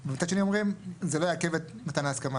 ומצד שני אומרים שזה לא יעכב את מתן ההסכמה.